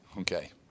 Okay